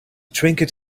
trinket